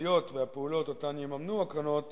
התכליות והפעולות שיממנו הקרנות